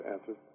answers